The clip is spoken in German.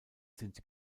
sind